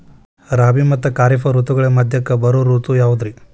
ರಾಬಿ ಮತ್ತ ಖಾರಿಫ್ ಋತುಗಳ ಮಧ್ಯಕ್ಕ ಬರೋ ಋತು ಯಾವುದ್ರೇ?